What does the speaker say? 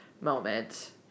moment